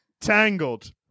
Tangled